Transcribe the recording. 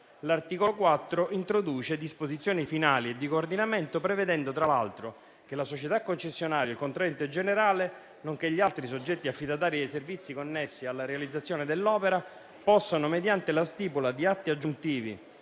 L'articolo 4 introduce disposizioni finali e di coordinamento, prevedendo, tra l'altro, che la società concessionaria e il contraente generale, nonché gli altri soggetti affidatari dei servizi connessi alla realizzazione dell'opera possano, mediante la stipula di atti aggiuntivi